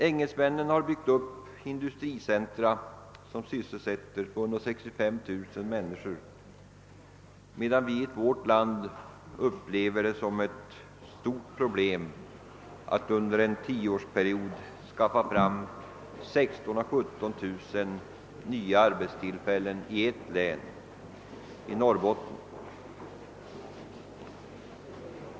Engelsmännen har byggt upp industricentra som «sysselsätter 265 000 människor, medan vi upplever det som ett stort problem att under en tioårsperiod skapa 16 000—17 000 nya arbetstillfällen i ett län, nämligen i Norrbotten.